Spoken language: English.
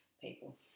people